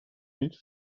niet